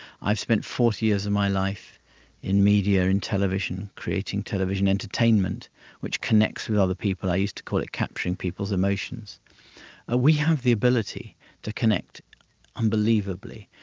i've spent forty years of my life in media and television creating television entertainment which connects with other people. i used to call it capturing people's emotions. and ah we have the ability to connect unbelievably.